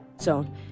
zone